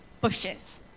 bushes